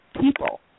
people